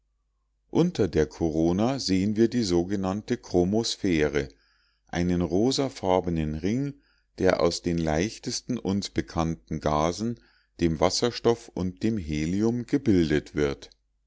unter der korona sehen wir die sogenannte chromosphäre einen rosafarbenen ring der aus den leichtesten uns bekannten gasen dem wasserstoff und dem helium gebildet wird